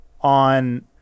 on